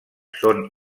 són